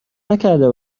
نکرده